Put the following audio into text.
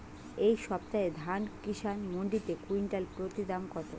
এই সপ্তাহে ধান কিষান মন্ডিতে কুইন্টাল প্রতি দাম কত?